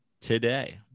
today